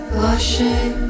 Blushing